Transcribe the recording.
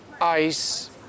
ice